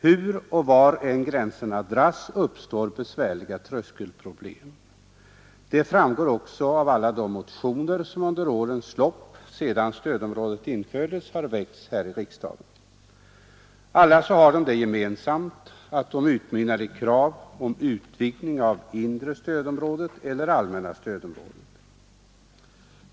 Hur och var än gränserna dras, uppstår besvärliga tröskelproblem. Det framgår också av alla de motioner som under årens lopp sedan allmänna stödområdet infördes har väckts i riksdagen. Alla har det gemensamt, att de utmynnar i krav om utvidgning av det inre stödområdet eller det allmänna stödområdet.